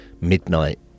midnight